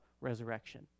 resurrection